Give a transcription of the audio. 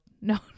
no